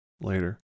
later